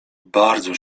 bardzo